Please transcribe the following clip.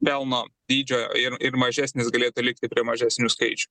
delno dydžio ir ir mažesnis galėtų likti prie mažesnių skaičių